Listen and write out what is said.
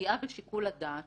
שהפגיעה בשיקול הדעת